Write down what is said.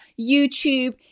YouTube